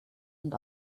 and